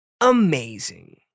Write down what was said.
amazing